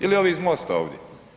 Ili ovi iz MOST-a ovdje.